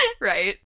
Right